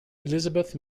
elizabeth